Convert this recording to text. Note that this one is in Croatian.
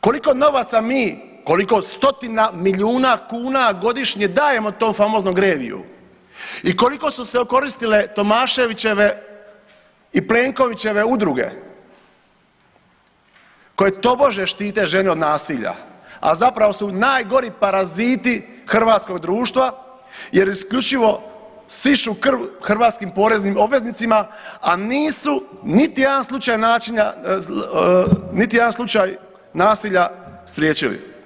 Koliko novaca mi, koliko stotina milijuna kuna godišnje dajemo tom famoznom GREVIU i koliko su se okoristile Tomaševićeve i Plenkovićeve udruge koje tobože štite žene od nasilja, a zapravo su najgori paraziti hrvatskog društva jer isključivo sišu krv hrvatskim poreznim obveznicima, a nisu niti jedan slučaj nasilja spriječili.